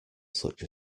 such